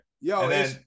Yo